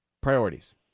priorities